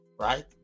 Right